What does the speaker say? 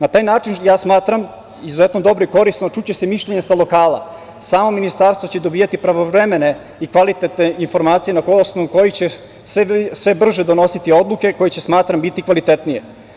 Na taj način smatram izuzetno dobro i korisno, čuće se mišljenje sa lokala, samo ministarstvo će dobijati pravovremene i kvalitetne informacije na osnovu kojih će sve brže donositi odluke koje će, smatram, biti kvalitetnije.